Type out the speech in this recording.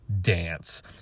dance